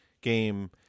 game